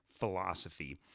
Philosophy